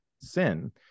sin